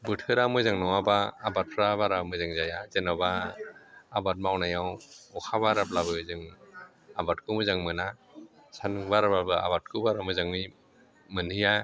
बोथोरा मोजां नङाबा आबादफोरा बारा मोजां जाया जेनेबा आबाद मावनायाव अखा बाराब्लाबो जों आबादखौ मोजां मोना सानदुं बाराबाबो आबादखौ बारा मोजांयै मोनहैया